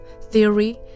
theory